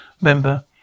member